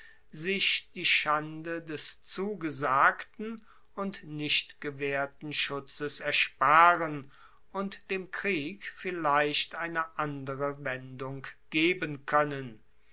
sich die schande des zugesagten und nicht gewaehrten schutzes ersparen und dem krieg vielleicht eine andere wendung geben koennen